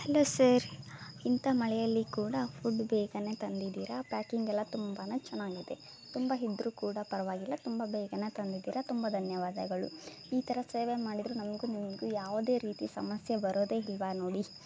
hello sir ಇಂಥ ಮಳೆಯಲ್ಲಿ ಕೂಡ ಫುಡ್ ಬೇಗ ತಂದಿದ್ದೀರ ಪ್ಯಾಕಿಂಗ್ ಎಲ್ಲ ತುಂಬ ಚೆನ್ನಾಗಿದೆ ತುಂಬ ಇದ್ರೂ ಕೂಡ ಪರವಾಗಿಲ್ಲ ತುಂಬ ಬೇಗ ತಂದಿದ್ದೀರ ತುಂಬ ಧನ್ಯವಾದಗಳು ಈ ಥರ ಸೇವೆ ಮಾಡಿದರೆ ನಮಗು ನಿಮಗು ಯಾವುದೇ ರೀತಿ ಸಮಸ್ಯೆ ಬರೋದೆ ಇಲ್ಲ ನೋಡಿ